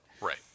Right